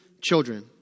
children